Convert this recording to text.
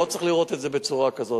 לא צריך לראות את זה בצורה כזאת.